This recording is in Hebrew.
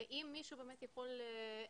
ואם מישהו באמת יכול לשנות,